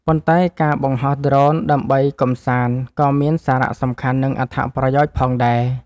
ប៉ុន្តែការបង្ហោះដ្រូនដើម្បីកម្សាន្ត ក៏មានសារៈសំខាន់ និងអត្ថប្រយោជន៍ផងដែរ។